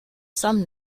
some